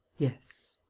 yes.